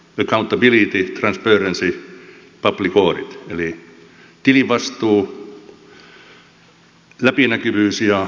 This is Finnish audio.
accountability transparency public audit eli tilivastuu läpinäkyvyys ja julkinen valvonta